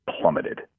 plummeted